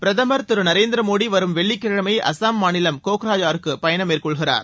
பிரதமர் திரு நரேந்திரமோடி வரும் வெள்ளிக்கிழமை அசாம் மாநில கோக்ரஜாருக்கு பயணம் மேற்கொள்கிறார்